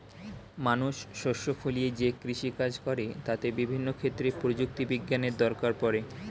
মানুষ শস্য ফলিয়ে যেই কৃষি কাজ করে তাতে বিভিন্ন ক্ষেত্রে প্রযুক্তি বিজ্ঞানের দরকার পড়ে